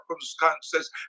circumstances